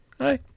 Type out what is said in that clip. Hi